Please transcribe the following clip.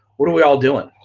what are we all doin'?